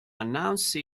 announce